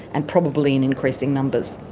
and probably in increasing numbers.